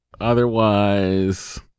Otherwise